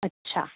अच्छा